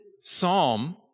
psalm